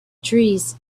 trees